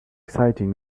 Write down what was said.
exciting